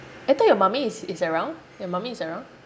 I thought your mummy is is around your mummy is around